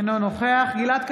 אינו נוכח גלעד קריב,